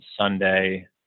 Sunday